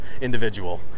individual